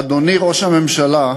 אדוני ראש הממשלה,